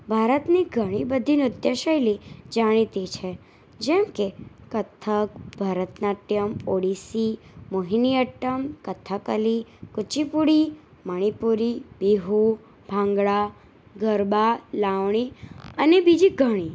ભારતની ઘણી બધી નૃત્ય શૈલી જાણીતી છે જેમ કે કથક ભરતનાટ્યમ ઓડિસી મોહિનીઅટ્ટમ કથકલી કુચીપુડી મણિપુરી બિહુ ભાંગડા ગરબા લાવણી અને બીજી ઘણી